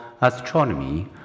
astronomy